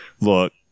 Look